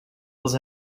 els